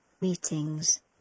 meetings